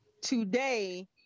today